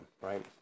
right